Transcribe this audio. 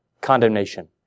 condemnation